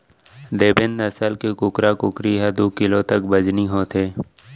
देवेन्द नसल के कुकरा कुकरी ह दू किलो तक के बजनी होथे